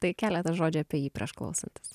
tai keletą žodžių apie jį prieš klausantis